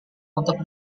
untuk